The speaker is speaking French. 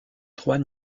trois